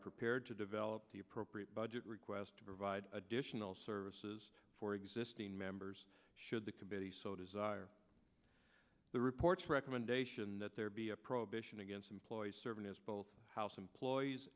prepared to develop the appropriate budget request to provide additional services for existing members should the committee so desire the report's recommendation that there be a prohibition against employees serving as both house employees